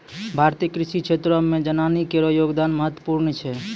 भारतीय कृषि क्षेत्रो मे जनानी केरो योगदान महत्वपूर्ण छै